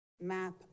map